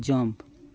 jump